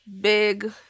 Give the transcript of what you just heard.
big